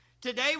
Today